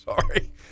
sorry